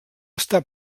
està